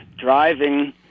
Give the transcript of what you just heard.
driving